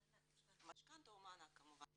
משכנתא או מענק, כמובן.